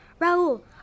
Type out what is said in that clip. Raul